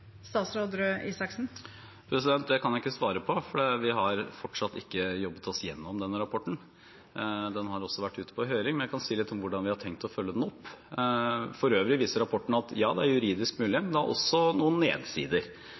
Det kan jeg ikke svare på, for vi har fortsatt ikke jobbet oss gjennom denne rapporten, den har også vært ute på høring. Men jeg kan si litt om hvordan vi har tenkt å følge den opp. Før øvrig viser rapporten at det er juridisk mulig, men det er også noen nedsider,